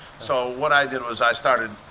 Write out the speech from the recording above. so what i did was i started.